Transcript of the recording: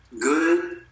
good